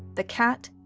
the cat,